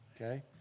Okay